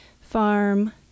Farm